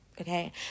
okay